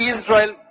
Israel